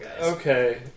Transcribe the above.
Okay